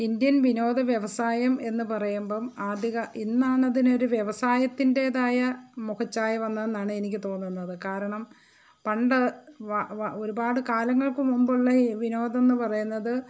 Indian വിനോദ വ്യവസായം എന്ന് പറയുമ്പം ആദ്യകാലം ഇന്നാണ് ഇതിന് ഒരു വ്യവസായത്തിന്റേതായ മുഖച്ഛായ വന്നത് എന്നാണ് എനിക്ക് തോന്നുന്നത് കാരണം പണ്ട് ഒരുപാട് കാലങ്ങൾക്ക് മുമ്പുള്ള വിനോദം എന്ന് പറയുന്നത്